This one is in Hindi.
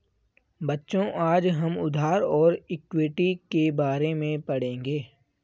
बच्चों आज हम उधार और इक्विटी के बारे में पढ़ेंगे